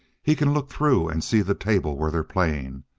he can look through and see the table where they're playing,